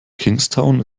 kingstown